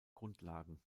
grundlagen